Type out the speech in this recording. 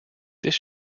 this